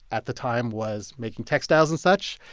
at the time, was making textiles and such.